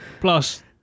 Plus